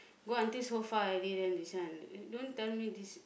go until go far already then this one don't tell me this